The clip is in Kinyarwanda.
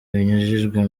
binyujijwe